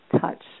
touch